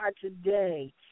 today